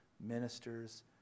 ministers